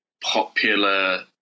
popular